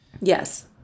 Yes